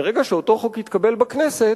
מרגע שאותו חוק התקבל בכנסת,